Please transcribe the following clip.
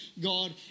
God